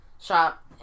shop